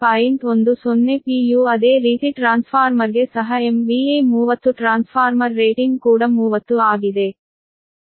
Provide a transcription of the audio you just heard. u ಅದೇ ರೀತಿ ಟ್ರಾನ್ಸ್ಫಾರ್ಮರ್ಗೆ ಸಹ MVA 30 ಟ್ರಾನ್ಸ್ಫಾರ್ಮರ್ ರೇಟಿಂಗ್ ಕೂಡ 30 ಆಗಿದೆ